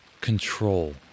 control